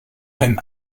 him